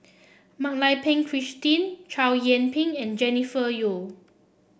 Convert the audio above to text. Mak Lai Peng Christine Chow Yian Ping and Jennifer Yeo